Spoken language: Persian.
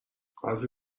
بعضی